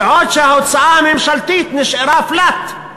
בעוד ההוצאה הממשלתית נשארה flat.